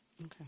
Okay